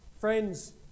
Friends